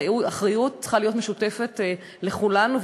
אחריות צריכה להיות משותפת לכולנו,